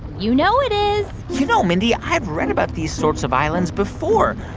you know it is you know, mindy, i've read about these sorts of islands before.